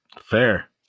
Fair